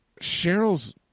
cheryl's